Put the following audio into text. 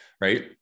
right